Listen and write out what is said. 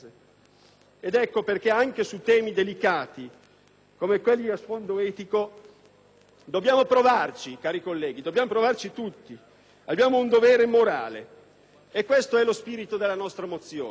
Ed ecco perché anche su temi delicati come quelli a sfondo etico dobbiamo provarci, cari colleghi, dobbiamo provarci tutti. Abbiamo un dovere morale e questo è lo spirito della nostra mozione.